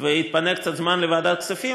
ויתפנה קצת זמן לוועדת הכספים,